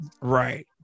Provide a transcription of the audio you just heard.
right